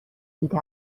دیده